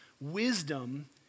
wisdom